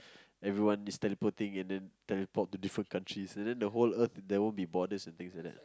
everyone is teleporting and then teleport to different countries and then the whole earth there won't be borders or things like that